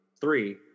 Three